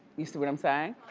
you see what i'm saying?